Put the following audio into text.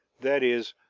that is,